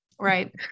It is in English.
right